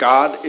God